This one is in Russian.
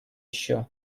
ещё